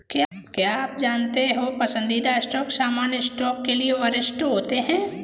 क्या आप जानते हो पसंदीदा स्टॉक सामान्य स्टॉक के लिए वरिष्ठ होते हैं?